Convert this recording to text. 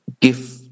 give